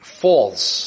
false